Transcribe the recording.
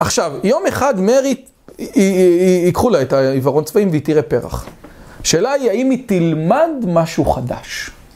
עכשיו, יום אחד מרי, ייקחו לה את העיוורון צבעים והיא תראה פרח. שאלה היא, האם היא תלמד משהו חדש?